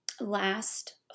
last